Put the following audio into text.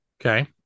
Okay